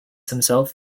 himself